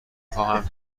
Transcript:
خواهم